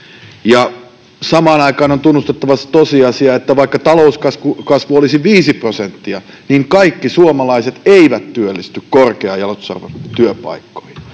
Samaan aikaan on tunnustettava se tosiasia, että vaikka talouskasvu olisi 5 prosenttia, kaikki suomalaiset eivät työllisty korkean jalostusarvon työpaikkoihin.